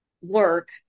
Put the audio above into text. work